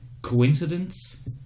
coincidence